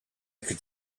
could